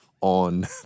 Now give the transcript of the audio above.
on